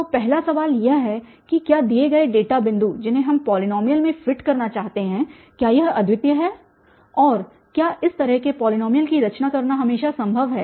तो पहला सवाल यह है कि क्या दिए गए डेटा बिंदु जिन्हें हम पॉलीनॉमियल में फिट करना चाहते हैं क्या यह अद्वितीय है और क्या इस तरह के पॉलीनॉमियल की रचना करना हमेशा संभव है